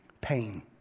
pain